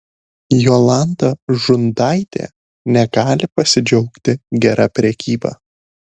jolanta žundaitė negali pasidžiaugti gera prekyba